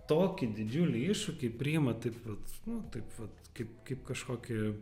tokį didžiulį iššūkį priima taip vat nu taip vat kaip kaip kažkokį